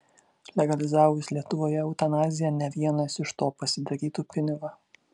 legalizavus lietuvoje eutanaziją ne vienas iš to pasidarytų pinigo